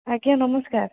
ଆଜ୍ଞା ନମସ୍କାର